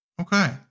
Okay